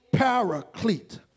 paraclete